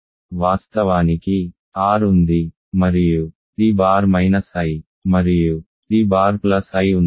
వాస్తవానికి R ఉంది మరియు t బార్ మైనస్ i మరియు t బార్ ప్లస్ i ఉన్నాయి